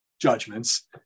judgments